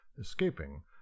escaping